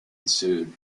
ensued